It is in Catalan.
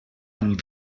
amb